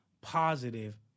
positive